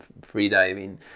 freediving